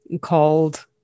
called